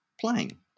playing